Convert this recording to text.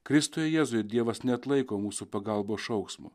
kristuje jėzuje dievas neatlaiko mūsų pagalbos šauksmo